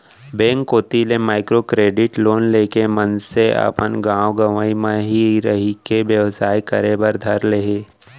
bank कोती ले micro credit loan लेके मनसे अपन गाँव गंवई म ही रहिके बेवसाय करे बर धर ले हे